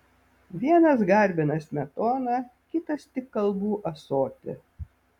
vienas garbina smetoną kitas tik kalbų ąsotį